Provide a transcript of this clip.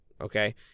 okay